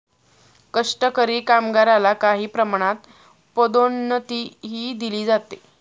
कष्टकरी कामगारला काही प्रमाणात पदोन्नतीही दिली जाते